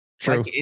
True